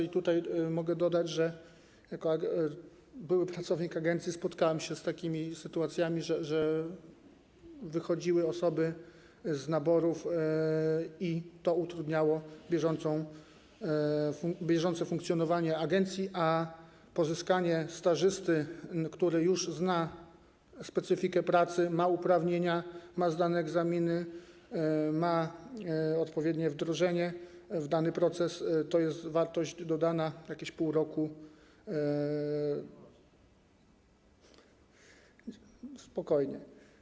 I tutaj mogę dodać, że jako były pracownik agencji spotkałem się z takimi sytuacjami, że przychodziły osoby z naborów i to utrudniało bieżące funkcjonowanie agencji, bo pozyskanie stażysty, który już zna specyfikę pracy, ma uprawnienia, ma zdane egzaminy, ma odpowiednie wdrożenie w dany proces to jest wartość dodana, to jest jakieś pół roku spokojnie.